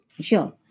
Sure।